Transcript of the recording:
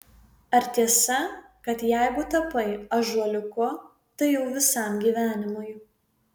ar tiesa kad jeigu tapai ąžuoliuku tai jau visam gyvenimui